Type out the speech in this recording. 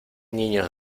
niños